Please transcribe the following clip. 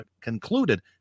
concluded